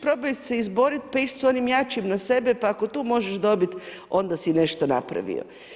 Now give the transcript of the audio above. Probaj se izboriti, pa ići s onim jačim na sebe, pa ako tu možeš dobiti, onda si nešto napravio.